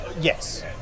Yes